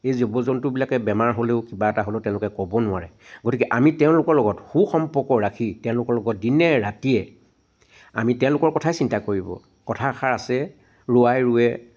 এই জীৱ জন্তুবিলাকে বেমাৰ হ'লেও কিবা এটা হ'লেও তেওঁলোকে ক'ব নোৱাৰে গতিকে আমি তেওঁলোকৰ লগত সু সম্পৰ্ক ৰাখি তেওঁলোকৰ লগত দিনে ৰাতিয়ে আমি তেওঁলোকৰ কথাই চিন্তা কৰিব কথা এষাৰ আছে ৰুৱাই ৰুৱে